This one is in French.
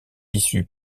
issus